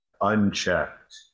unchecked